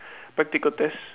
practical test